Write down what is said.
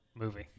movie